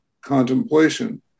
contemplation